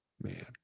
Man